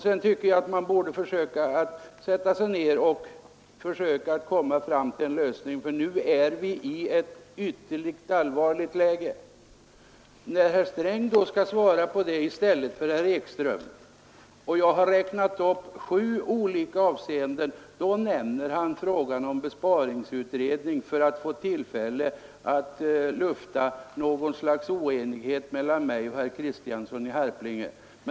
Sedan tycker jag att vi borde kunna sätta oss ned och försöka komma fram till lösningar, ty nu befinner vi oss i ett ytterligt allvarligt läge. Jag räknade också upp sju olika punkter, men när herr Sträng sedan skulle svara på det i stället för herr Ekström, så nämnde han frågan om besparingsutredningen, tydligen för att få tillfälle att lufta något slags oenighet mellan mig och herr Kristiansson i Harplinge.